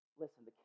Listen